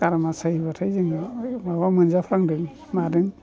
गारमा सायोब्लाथाय जोङो माबा मोनजाफ्रांदों मादों